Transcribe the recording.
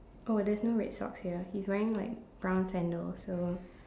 oh there's no red shorts here he's wearing like brown sandals so